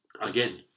Again